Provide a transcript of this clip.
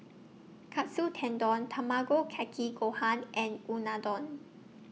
Katsu Tendon Tamago Kake Gohan and Unadon